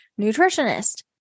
nutritionist